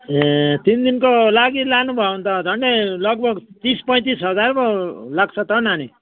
ए तिन दिनको लागि लानुभयो भने त झन्डै लगभग तिस पैँतिस हजार पो लाग्छ त हौ नानी